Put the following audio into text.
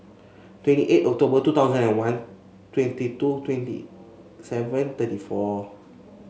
twenty eight October two thousand and one twenty two twenty seven thirty four